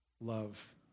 love